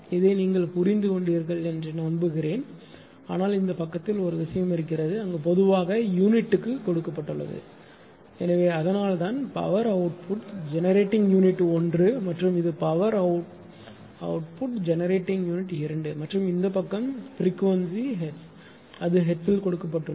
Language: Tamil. இதை நீங்கள் புரிந்துகொண்டீர்கள் என்று நம்புகிறேன் ஆனால் இந்த பக்கத்தில் ஒரு விஷயம் இருக்கிறது அங்கு பொதுவாக யூனிட்டுக்கு கொடுக்கப்பட்டுள்ளது எனவே அதனால்தான் பவர் அவுட்புட் ஜெனரேட்டிங் யூனிட் 1 மற்றும் இது பவர் அவுட்யூட் ஜெனரேட்டிங் யூனிட் 2 மற்றும் இந்த பக்கம் ஃப்ரீக்வென்ஸி ஹெர்ட்ஸ் அது ஹெர்ட்ஸில் கொடுக்கப்பட்டுள்ளது